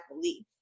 belief